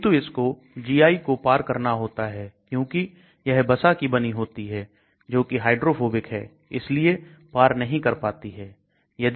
किंतु इसको GI को पार करना होता है क्योंकि यह बसा की बनी होती है जोकि हाइड्रोफोबिक है इसलिए पार नहीं कर पाती है